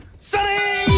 say